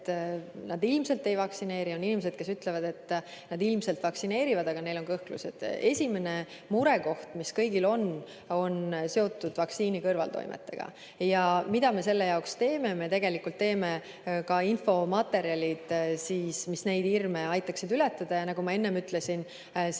nad ilmselt ei vaktsineeri, on inimesi, kes ütlevad, et nad ilmselt vaktsineerivad, aga neil on kõhklused. Esimene murekoht, mis kõigil on, on seotud vaktsiini kõrvaltoimetega. Mida me selle jaoks teeme? Me tegelikult teeme ka infomaterjalid, mis neid hirme aitaksid ületada. Nagu ma enne ütlesin,